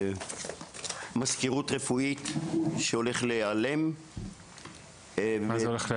מזכירות רפואית שהולך להיעלם --- מה זה הולך להיעלם?